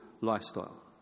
lifestyle